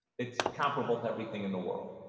it's comparable to everything in the world